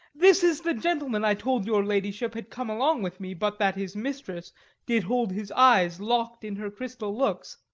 this is the gentleman i told your ladyship had come along with me but that his mistresss did hold his eyes lock'd in her crystal looks.